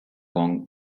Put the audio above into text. kong